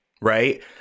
right